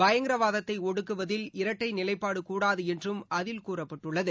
பயங்கரவாதத்தை ஒடுக்குவதில் இரட்டை நிலைப்பாடு கூடாது என்றும் அதில் கூறப்பட்டுள்ளது